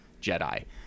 Jedi